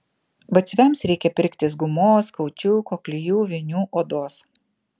batsiuviams reikia pirktis gumos kaučiuko klijų vinių odos